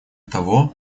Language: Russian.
того